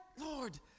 Lord